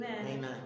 Amen